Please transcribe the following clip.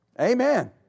Amen